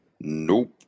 Nope